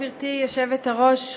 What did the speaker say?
גברתי היושבת-ראש,